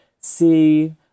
see